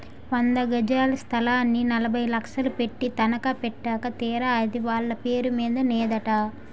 వంద గజాల స్థలాన్ని నలభై లక్షలు పెట్టి తనఖా పెట్టాక తీరా అది వాళ్ళ పేరు మీద నేదట